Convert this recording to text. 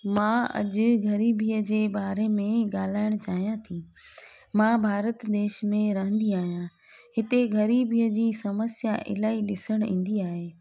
मां अॼु गरीबीअ जे बारे में ॻाल्हाइणु चाहियां थी मां भारत देश में रहंदी आहियां हिते गरीबीअ जी समस्या इलाही ॾिसणु ईंदी आहे